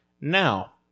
Now